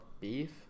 beef